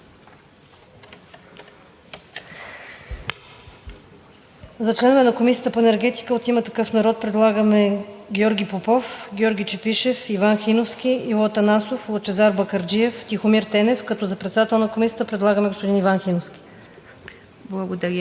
За членове на Комисията по енергетика и климат от „Има такъв народ“ предлагаме Георги Попов, Георги Чепишев, Иван Хиновски, Иво Атанасов, Лъчезар Бакърджиев, Тихомир Тенев, като за председател на Комисията предлагаме господин Иван Хиновски.